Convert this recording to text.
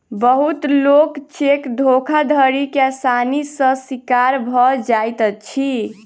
बहुत लोक चेक धोखाधड़ी के आसानी सॅ शिकार भ जाइत अछि